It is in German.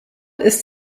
ist